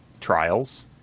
trials